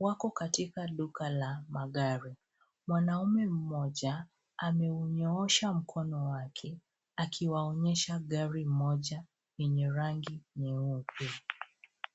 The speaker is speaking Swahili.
Wako katika duka la magari. Mwanaume mmoja ameunyoosha mkono wake akiwaonyesha gari moja lenye rangi nyeupe.